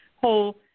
whole